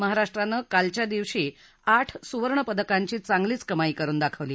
महाराष्ट्रान कालच्या दिवशी आठ सुवर्णपदकांची चागलीच कमाई करुन दाखवली